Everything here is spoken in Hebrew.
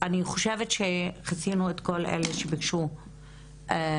אני חושבת שכיסינו את כל אלה שביקשו לדבר.